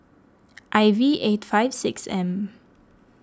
I V eight five six M